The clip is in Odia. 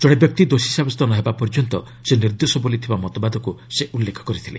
ଜଣେ ବ୍ୟକ୍ତି ଦୋଷୀ ସାବ୍ୟସ୍ତ ନ ହେବା ପର୍ଯ୍ୟନ୍ତ ସେ ନିର୍ଦ୍ଦୋଷ ବୋଲି ଥିବା ମତବାଦକୁ ସେ ଉଲ୍ଲେଖ କରିଥିଲେ